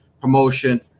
promotion